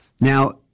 Now